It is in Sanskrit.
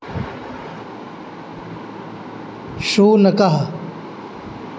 शुनकः